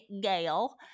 Gail